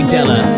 Della